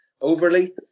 overly